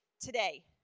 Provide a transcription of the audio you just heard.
today